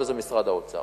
וזה משרד האוצר.